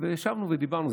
וישבנו ודיברנו.